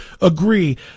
agree